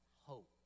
hope